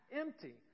empty